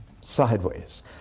sideways